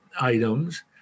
items